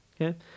okay